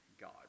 God